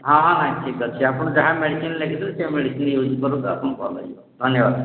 ହଁ ହଁ ଠିକ୍ ଅଛି ଆପଣ ଯାହା ମେଡ଼ିସିନ୍ ଲେଖିଦଉଛି ସେ ମେଡ଼ିସିନ୍ ୟୁଜ୍ କରନ୍ତୁ ଆପଣ କମିଯିବ ଧନ୍ୟବାଦ